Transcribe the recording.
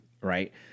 right